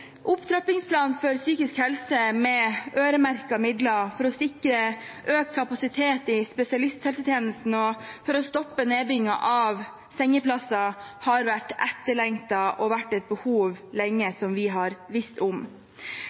Opptrappingsplanen for psykisk helse, med øremerkede midler for å sikre økt kapasitet i spesialisthelsetjenesten og for å stoppe nedbyggingen av sengeplasser, har vært etterlengtet og vært et behov som vi har visst om